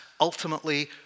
ultimately